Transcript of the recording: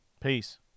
Peace